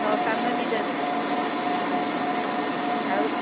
ହଉ ସାମ୍ନା ଦୁଇଟା ରୁମ୍ ହଁ ହଁ ଆଉ